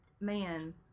man